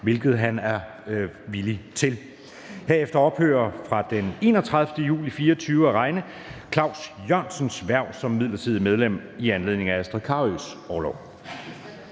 erklæret sig villig til. Herefter ophører fra den 31. juli 2024 at regne Claus Jørgensens (SF) hverv som midlertidigt medlem i anledning af Astrid Carøes (SF) orlov.